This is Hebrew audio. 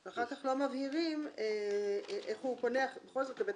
--- ואחר כך לא מבהירים איך הוא פונה בכל זאת לבית